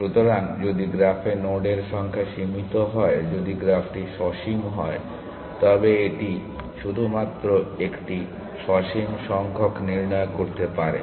সুতরাং যদি গ্রাফে নোডের সংখ্যা সীমিত হয় যদি গ্রাফটি সসীম হয় তবে এটি এটি শুধুমাত্র একটি সসীম সংখ্যক নির্ণয় করতে পারে